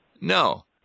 no